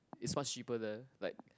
is much cheaper there like